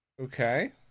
Okay